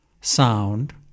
sound